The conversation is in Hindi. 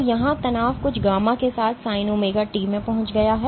तो यहां तनाव कुछ γ के साथ Sin ωt में पहुंच गया है